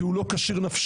כי הוא לא כשיר נפשית,